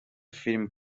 film